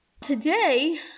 Today